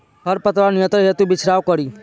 खर पतवार नियंत्रण हेतु का छिड़काव करी?